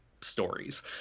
stories